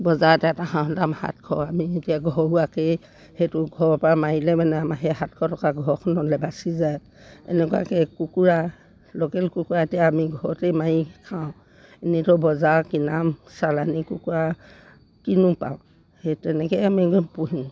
বজাৰত এটা হাঁহৰ দাম সাতশ আমি এতিয়া ঘৰোৱাকেই সেইটো ঘৰৰপৰা মাৰিলে মানে সেই সাতখ টকা ঘৰখনলৈ বাচি যায় এনেকুৱাকৈ কুকুৰা লোকেল কুকুৰা এতিয়া আমি ঘৰতেই মাৰি খাওঁ এনেইটো বজাৰত কিনা চালানী কুকুৰা কিনো পাওঁ সেই তেনেকৈয়ে আমি পোহোঁ